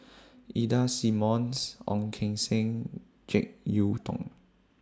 Ida Simmons Ong Keng Sen Jek Yeun Thong